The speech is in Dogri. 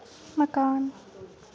मकान